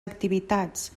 activitats